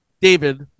David